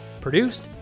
produced